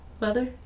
mother